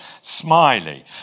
Smiley